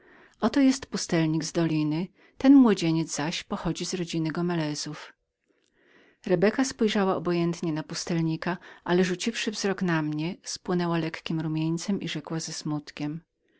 oto jest pustelnik z doliny ten młodzieniec zaś pochodzi z rodziny gomelezów rebeka spojrzała obojętnie na pustelnika ale rzuciwszy wzrok na mnie spłonęła lekkim rumieńcem i rzekła ze smutkiem